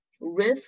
risk